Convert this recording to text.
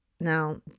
Now